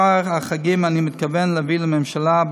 אני מתכוון להביא לממשלה,